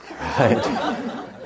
right